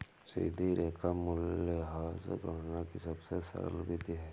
सीधी रेखा मूल्यह्रास गणना की सबसे सरल विधि है